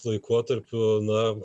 laikotarpiu na